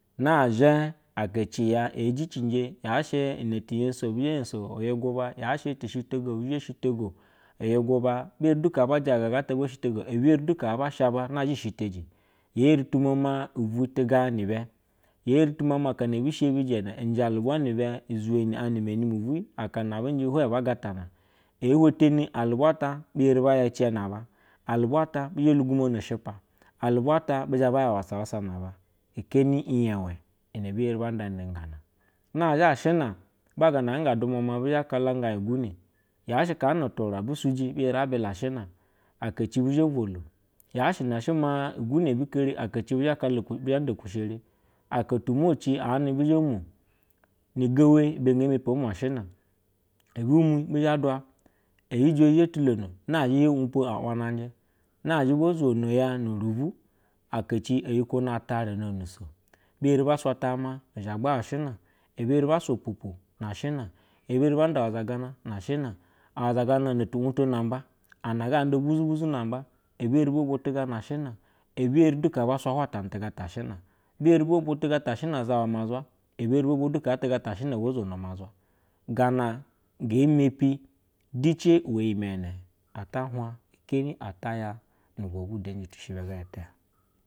Na zhe aha ciya egicije yashe inae ti yosho bi zhe yoso ie guba yahse tishitog oabe zhe shito go iye giba be eri zhe ba jaja gata ba chitogo bieve alu haaba shaba nazhe shirta gi, ye eri tuma hiti ganibe ye en tu maa akeama ebi shebi igene nje alubwanibe zhuini a nane mu hii atana abuje hwe ba gala na ee hwe tani glubo a tos bieriva nda ce na abu alubta atabu zhe lugumonr shipa alubwa atabi zebaya awasa wasa na aba, keni iyewen ne ebi evi banda ni be na zhi a ashina ba gana aga dumua mh bi zhe ba kala iz gana yasɦ ica nu tuna ebusuji be eri a bila ashina aka ci bu zhe boho yahse ine she ma igene ebi hari aka cibu zha nda husere, ake tu mo ci ana bi zhe mo ni hewe ibe nge mapi omo ashina vabumre biza atwa bi duna bi tue bi zhe lilomo la zhi kimpo awanne je na zhi bz zhono yanu rubu alaaci eyekwo na tare ono nuso lemi ba swa tamati zagba ashina usehba zwa pupin ashina gana ashina awaza gwa ono lampo namba ana ga auda buzobuzo namba, ebi eri bavotiga na ashina ebi eri lega ba swa jwata na tiga ta shina bi eri bovo tiga ta shina zuwa ma zwa ebi eri ka bovo tiga ta shina bu zono makwa gana, genoake the we ime ya ata hwa kei ata iya nus lobutu shi iba ge te.